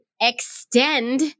extend